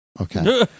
okay